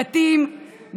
בתים,